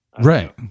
right